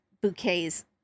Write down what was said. bouquets